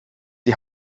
die